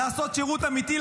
לעשות שירות אמיתי,